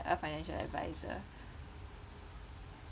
a financial advisor